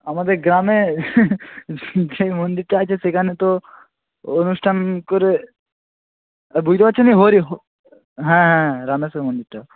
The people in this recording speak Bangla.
আমাদের গ্রামে যেই মন্দিরটা আছে সেখানে তো অনুষ্ঠান করে বুঝতে পারছেন না হরি হ্যাঁ হ্যাঁ রামেশ্বর মন্দিরটা